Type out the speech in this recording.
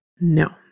No